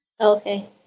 Okay